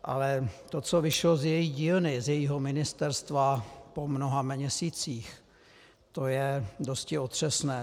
Ale to, co vyšlo z její dílny, z jejího ministerstva po mnoha měsících, je dosti otřesné.